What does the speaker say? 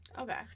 Okay